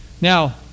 now